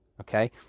Okay